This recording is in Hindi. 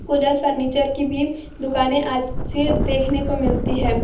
कूलर फर्नीचर की भी दुकानें अच्छी देखने को मिलती हैं